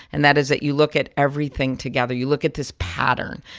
and that is that you look at everything together. you look at this pattern.